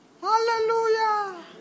Hallelujah